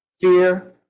fear